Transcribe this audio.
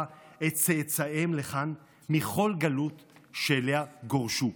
את צאצאיהם לכאן מכל גלות שאליה גורשו.